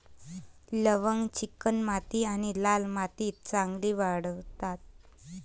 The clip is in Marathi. लवंग चिकणमाती आणि लाल मातीत चांगली वाढतात